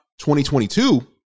2022